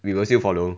we will still follow